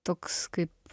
toks kaip